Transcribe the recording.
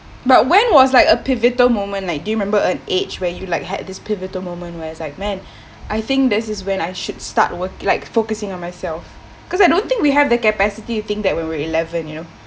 but when was like a pivotal moment like do you remember an age where you like had this pivotal moment where it's like man I think this is when I should start worki~ like focusing on myself cause I don't think we have the capacity to think that when we were eleven you know